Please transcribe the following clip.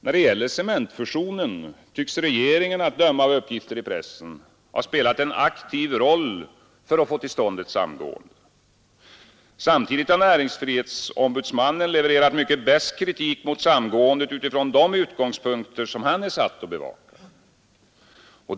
När det gäller cementfusionen tycks regeringen att döma av uppgifter i pressen ha spelat en aktiv roll för att få till stånd ett samgående. Samtidigt har näringsfrihetsombudsmannen levererat mycket besk kritik mot samgåendet utifrån de utgångspunkter som han är satt att bevaka.